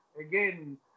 again